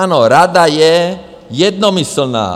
Ano, Rada je jednomyslná.